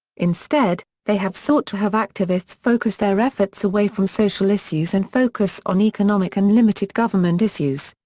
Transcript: instead, they have sought to have activists focus their efforts away from social issues and focus on economic and limited government issues.